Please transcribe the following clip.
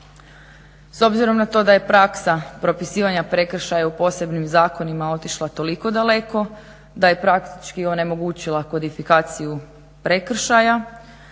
S obzirom na to da je praksa propisivanja prekršaja u posebnim zakonima otišla toliko daleko da je praktički onemogućila kodifikaciju prekršaja